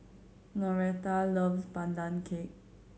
Noreta loves Pandan Cake